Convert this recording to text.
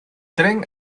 tren